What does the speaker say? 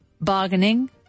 bargaining